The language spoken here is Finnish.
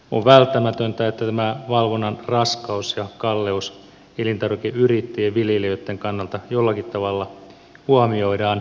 on välttämätöntä että tämä valvonnan raskaus ja kalleus elintarvikeyrittäjien viljelijöitten kannalta jollakin tavalla huomioidaan